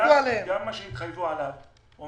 מה שהתחייבו עליו בשנה שעברה --- עבדו עליהם.